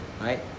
right